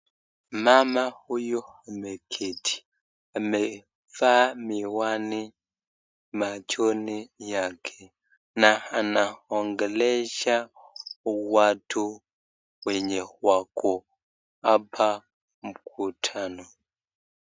Mama huyu ameketi, amevaa miwani machoni yake na anaongelesha watu wenye wako hapa mkutano.